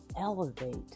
elevate